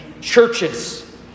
churches